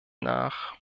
nach